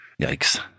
Yikes